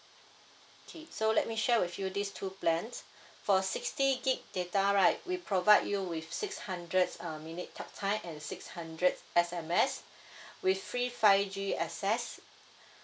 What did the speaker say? okay so let me share with you these two plans for sixty gig data right we provide you with six hundreds uh minute talk time and six hundred S_M_S with free five G access